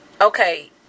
okay